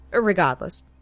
Regardless